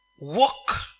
Walk